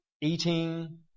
eating